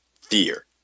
fear